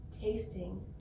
tasting